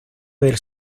del